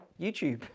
YouTube